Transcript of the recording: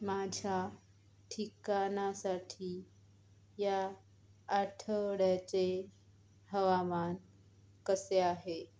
माझ्या ठिकाणासाठी या आठवड्याचे हवामान कसे आहे